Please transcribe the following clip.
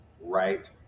right